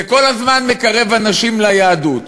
זה כל הזמן מקרב אנשים ליהדות,